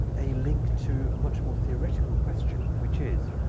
a link to a much more theoretical question, which is